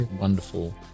wonderful